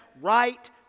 right